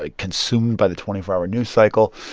ah consumed by the twenty four hour news cycle.